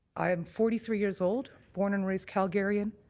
i am forty three years old, born and raised calgarian.